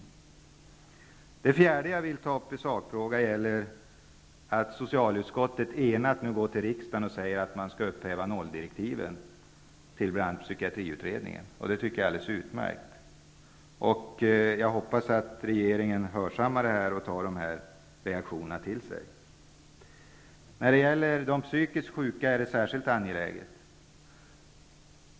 För det fjärde vill jag ta upp att ett enigt socialutskott nu vänder sig till riksdagen och säger att man skall upphäva nolldirektiven till bl.a. psykiatriutredningen. Det tycker jag är utmärkt. Jag hoppas att regeringen hörsammar det här och tar reaktionerna till sig. Det är särskilt angeläget när det gäller de psykiskt sjuka.